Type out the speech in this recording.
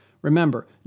Remember